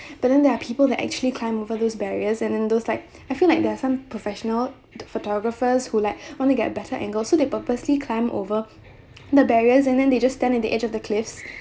but then there are people that actually climb over those barriers and and those like I feel like they are some professional photographers who like want to get better angle so they purposely climb over the barriers and then they just stand at the edge of the cliffs